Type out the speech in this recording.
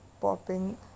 popping